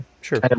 sure